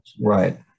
Right